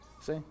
See